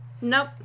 Nope